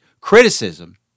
criticism